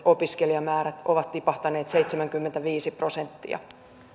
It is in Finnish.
opiskelijamäärät ovat tipahtaneet seitsemänkymmentäviisi prosenttia